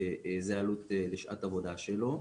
שזה עלות לשעת עבודה שלו.